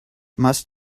must